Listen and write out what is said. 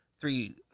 three